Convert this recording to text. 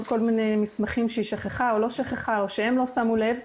מיני מסמכים שהיא שכחה או לא שכחה או שהם לא שמו לב,